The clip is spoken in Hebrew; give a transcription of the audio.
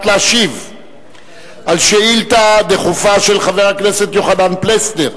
להשיב על שאילתא דחופה של חבר הכנסת יוחנן פלסנר,